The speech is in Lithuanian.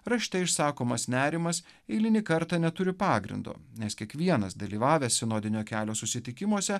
rašte išsakomas nerimas eilinį kartą neturi pagrindo nes kiekvienas dalyvavęs sinodinio kelio susitikimuose